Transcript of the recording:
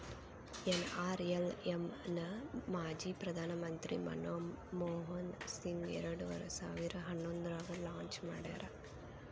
NRLM ನ ಮಾಜಿ ಪ್ರಧಾನ್ ಮಂತ್ರಿ ಮನಮೋಹನ್ ಸಿಂಗ್ ಎರಡ್ ಸಾವಿರ ಹನ್ನೊಂದ್ರಾಗ ಲಾಂಚ್ ಮಾಡ್ಯಾರ